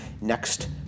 next